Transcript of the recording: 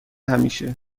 همیشه